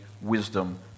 wisdom